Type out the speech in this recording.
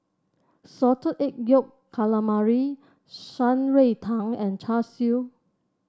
Salted Egg Yolk Calamari Shan Rui Tang and Char Siu